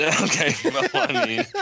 Okay